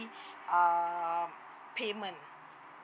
um payment